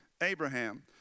Abraham